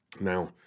Now